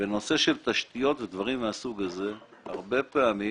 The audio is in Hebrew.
שבנושא של תשתיות ודברים מהסוג הזה, הרבה פעמים